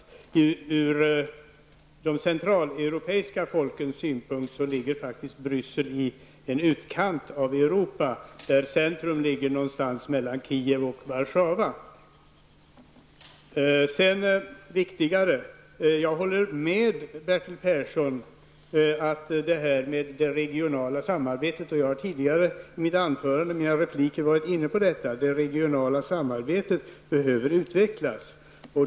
Ur de centraleuropeiska folkens synpunkt ligger faktiskt Bryssel i en utkant av Europa där centrum finns någonstans mellan Kiew och Warszawa. Jag håller med Bertil Persson om att det regionala samarbetet behöver utvecklas. Det har jag sagt i mitt tidigare anförande och även i repliker.